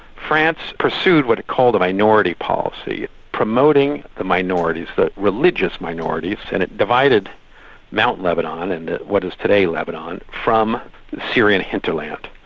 france pursued what it called a minority policy, promoting the minorities, the religious minorities, and it divided mount lebanon, and what is today lebanon, from syrian hinterland,